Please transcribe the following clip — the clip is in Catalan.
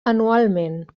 anualment